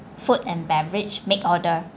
food and beverage make order